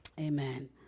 Amen